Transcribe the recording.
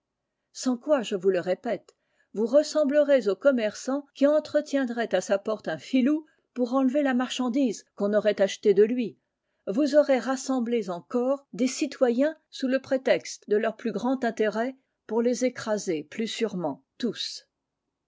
sans quoi je vous le répète vous ressemblerez au commerçant qui entretiendrait à sa porte un filou pour enlever la marchandise qu'on aurait achetée de lui vous aurez rassemblé en corps des citoyens sous le prétexte de leur plus grand intérêt pour les écraser plus sûrement tous